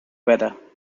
weather